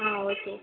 ஆ okay